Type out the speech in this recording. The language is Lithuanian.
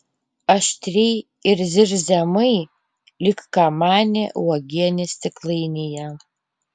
aštriai ir zirziamai lyg kamanė uogienės stiklainyje